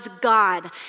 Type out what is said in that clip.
God